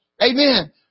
Amen